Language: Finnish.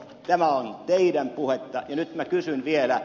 tämä on teidän puhettanne ja nyt minä kysyn vielä